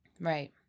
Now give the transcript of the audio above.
Right